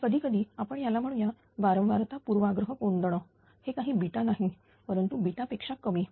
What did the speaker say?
हा कधी कधी आपण याला म्हणूया वारंवारता पूर्वाग्रह कोंदण हे काही नाही परंतु पेक्षा कमी